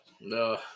No